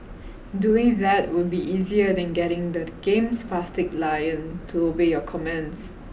doing that would be easier than getting that game's spastic lion to obey your commands